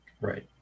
Right